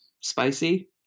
spicy